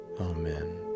Amen